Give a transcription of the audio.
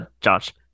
Josh